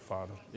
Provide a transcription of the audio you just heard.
Father